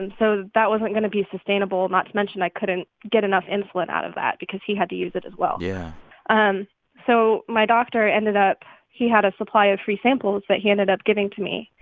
and so that wasn't going to be sustainable, not to mention i couldn't get enough insulin out of that because he had to use it, as well yeah um so my doctor ended up he had a supply of free samples that he ended up giving to me